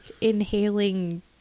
inhaling